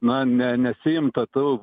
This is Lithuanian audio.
na ne nesiimta tų